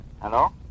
Hello